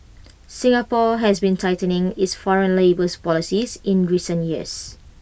Singapore has been tightening its foreign labours policies in recent years